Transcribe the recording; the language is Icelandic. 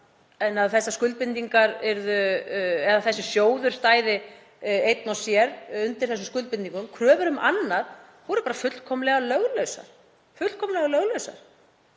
en að þessi sjóður stæði einn og sér undir þessum skuldbindingum voru bara fullkomlega löglausar.